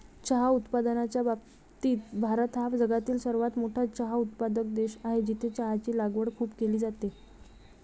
चहा उत्पादनाच्या बाबतीत भारत हा जगातील सर्वात मोठा चहा उत्पादक देश आहे, जिथे चहाची लागवड खूप केली जाते